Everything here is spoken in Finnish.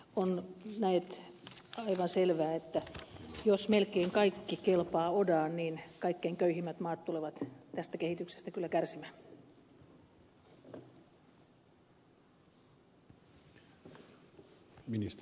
on näet aivan selvää että jos melkein kaikki kelpaa odaan niin kaikkein köyhimmät maat tulevat tästä kehityksestä kyllä kärsimään